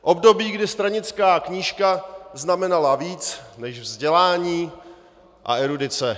Období, kdy stranická knížka znamenala víc než vzdělání a erudice.